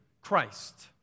Christ